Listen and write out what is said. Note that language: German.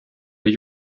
ich